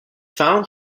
found